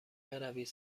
بروید